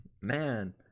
Man